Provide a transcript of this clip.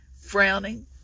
frowning